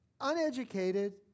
Uneducated